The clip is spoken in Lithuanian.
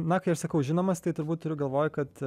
na kai aš sakau žinomas tai tavo turiu galvoj kad